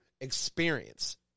experience